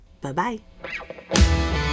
Bye-bye